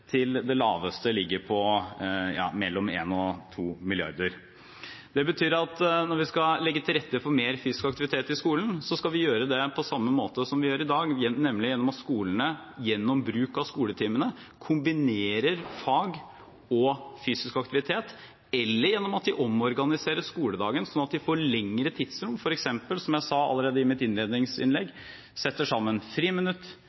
til det laveste, som ligger på mellom 1 og 2 mrd. kr. Det betyr at når vi skal legge til rette for mer fysisk aktivitet i skolen, skal vi gjøre det på samme måte som vi gjør i dag, nemlig ved at skolene gjennom bruk av skoletimene kombinerer fag og fysisk aktivitet, eller gjennom at de omorganiserer skoledagen så de får lengre tidsrom, f.eks. – som jeg sa allerede i mitt innledningsinnlegg